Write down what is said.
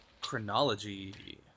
Chronology